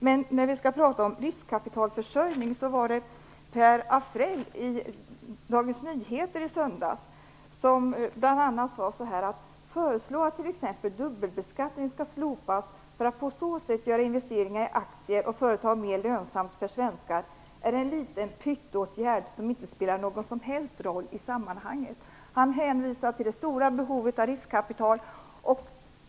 Men nu skall vi prata om riskkapitalförsörjning. Per Afrell framförde i Dagens Nyheter i söndags att t.ex. förslaget att dubbelbeskattning skall slopas för att på så sätt göra investeringar i aktier och företag mer lönsamt för svenskar är en liten pytteåtgärd som inte spelar någon som helst roll i sammanhanget. Han hänvisar till det stora behovet av riskkapital.